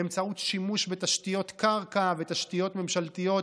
באמצעות שימוש בתשתיות קרקע ותשתיות ממשלתיות,